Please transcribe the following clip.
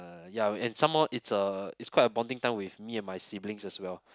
ya and some more it's a it's quite a bonding time with me and my siblings as well